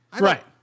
right